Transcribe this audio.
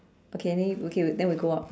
okay only okay then we go up